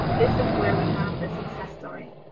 this is where we have the success story.